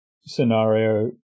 scenario